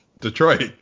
Detroit